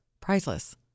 Priceless